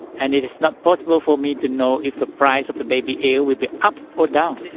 and it is not possible for me to know if the price of the baby eel will be up or down.